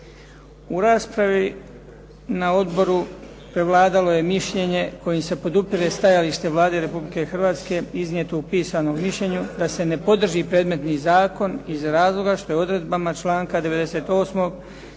U raspravi na odboru prevladalo je mišljenje kojim se podupire stajalište Vlade Republike Hrvatske iznijeto u pisanom mišljenju da se ne podrži predmetni zakon iz razloga što je odredbama članka 98.